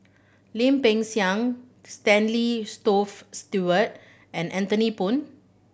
Lim Peng Siang Stanley Stewart and Anthony Poon